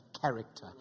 character